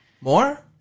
More